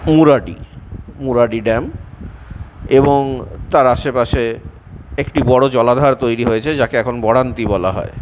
Muradi Muradi dam এবং তার আশেপাশে একটি বড় জলধার তৈরি হয়েছে যাকে এখন বরান্তি বলা হয়